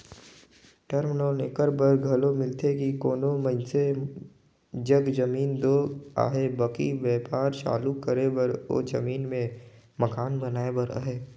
term loan एकर बर घलो मिलथे कि कोनो मइनसे जग जमीन दो अहे बकि बयपार चालू करे बर ओ जमीन में मकान बनाए बर अहे